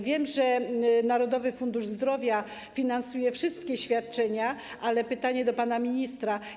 Wiem, że Narodowy Fundusz Zdrowia finansuje wszystkie świadczenia, ale mam pytanie do pana ministra: